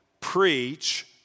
preach